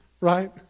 right